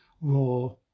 raw